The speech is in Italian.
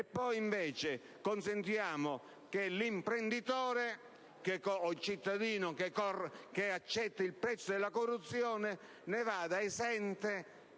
e poi invece consentiamo che l'imprenditore o il cittadino che accettano il prezzo della corruzione ne siano esenti